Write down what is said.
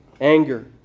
anger